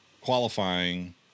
qualifying